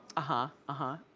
uh-huh, uh-huh.